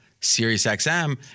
SiriusXM